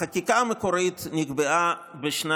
החקיקה המקורית נקבעה בשנים